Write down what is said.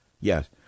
Yes